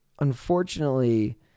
unfortunately